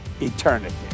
eternity